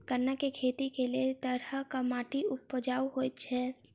गन्ना केँ खेती केँ लेल केँ तरहक माटि उपजाउ होइ छै?